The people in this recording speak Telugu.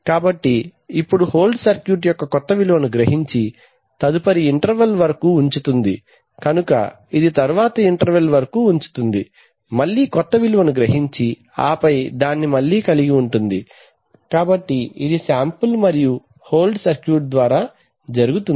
కాబట్టి ఇప్పుడు హోల్డ్ సర్క్యూట్ కొత్త విలువను గ్రహించి తదుపరి ఇంటర్వల్ వరకు ఉంచుతుంది కనుక ఇది తరువాతి ఇంటర్వల్ వరకు ఉంచుతుంది మళ్ళీ కొత్త విలువను గ్రహించి ఆపై దాన్ని మళ్ళీ కలిగి ఉంటుంది కాబట్టి ఇది శాంపుల్ మరియు హోల్డ్ సర్క్యూట్ ద్వారా జరుగుతుంది